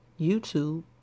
YouTube